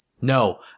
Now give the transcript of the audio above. No